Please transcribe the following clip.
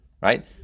right